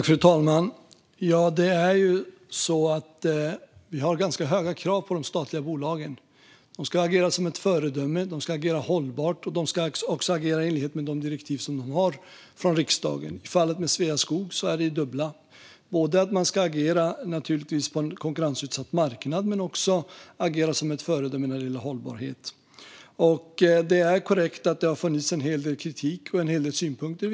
Fru talman! Vi har ju ganska höga krav på de statliga bolagen. De ska agera som föredömen, de ska agera hållbart och de ska agera i enlighet med de direktiv de har från riksdagen. I fallet med Sveaskog gäller det dubbla: Man ska agera på en konkurrensutsatt marknad, naturligtvis, men man ska också agera som ett föredöme när det gäller hållbarhet. Det är korrekt att det har funnits en hel del kritik och synpunkter.